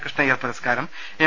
കൃഷ്ണയ്യർ പുരസ്കാരം എം